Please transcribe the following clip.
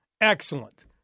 Excellent